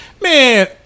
Man